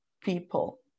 people